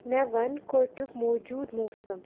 مےٚ وَن کویٹُک موجوٗد موسم